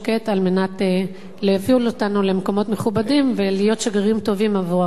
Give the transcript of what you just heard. על מנת להביא אותנו למקומות מכובדים ולהיות שגרירים טובים עבור ארצנו.